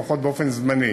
לפחות באופן זמני,